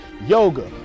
yoga